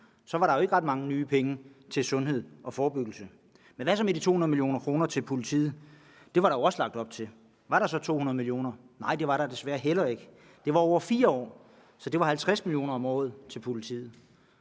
Så var der jo ikke ret mange nye penge til sundhed og forebyggelse. Men hvad så med de 200 mio. kr. til politiet? Det var der jo også lagt op til. Var der så 200 mio. kr.? Nej, det var der desværre heller ikke. Det var over 4 år, så det var 50 mio. kr. om året til politiet.